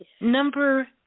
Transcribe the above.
Number